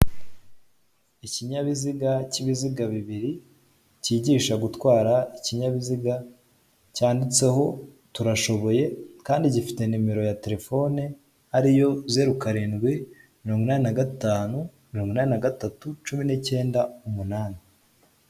Ikinyabiziga cy'ibiziga bibiri kigisha gutwara ikinyabiziga cyanditseho Turashoboye kandi gifite nimero ya telephone ariyo zero karindi mirongo inani na gatanu mirongo inani na gatatu cumi n'ikenda umunani.